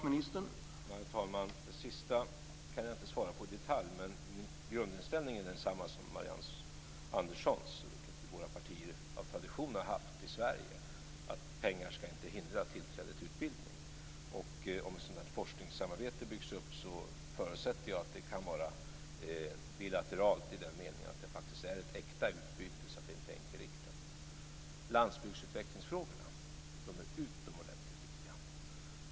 Herr talman! Det sista kan jag inte svara på i detalj, men min grundinställning är densamma som Marianne Anderssons. Våra partier har av tradition i Sverige haft inställningen att pengar inte ska vara avgörande för tillträde till utbildning. Om ett forskningssamarbete byggs upp förutsätter jag att det kan vara bilateralt i den meningen att det faktiskt är ett äkta utbyte och inte enkelriktat. Landsbygdsutvecklingsfrågorna är utomordentligt viktiga.